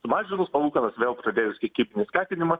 sumažinus palūkanas vėl pradėjus kiekybinį skatinimą